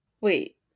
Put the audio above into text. wait